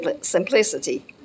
simplicity